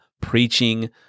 preaching